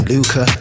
Luca